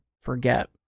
forget